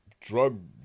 drug